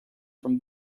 from